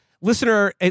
listener